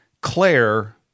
Claire